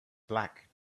black